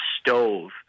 stove